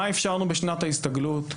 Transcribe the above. מה אפשרנו בשנת ההסתגלות?